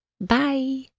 Bye